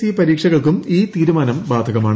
E പരീക്ഷകൾക്കും ഈ തീരുമാനം ബാധകമാണ്